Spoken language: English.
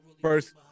first